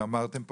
אמרתם פה,